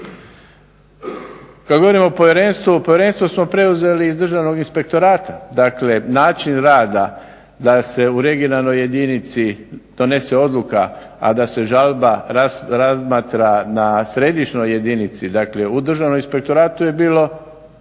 povjerenstvo smo preuzeli iz Državnog inspektorata, dakle način rada da se u regionalnoj jedinici donese odluka a da se žalba razmatra na središnjoj jedinici dakle u Državnom inspektoratu je bilo